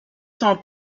son